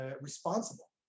responsible